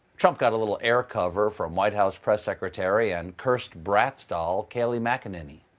trump got a little air cover from white house press secretary and cursed bratz doll, kayleigh mcenany.